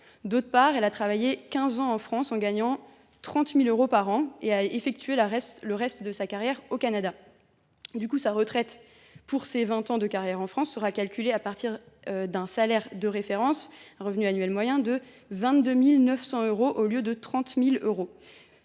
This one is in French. ; elle a ensuite travaillé quinze ans en France en gagnant 30 000 euros par an et a effectué le reste de sa carrière au Canada. La part de sa retraite relative à ses vingt ans de carrière en France sera calculée à partir d’un salaire de référence – un revenu annuel moyen – de 22 900 euros, au lieu de 30 000 euros.